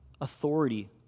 authority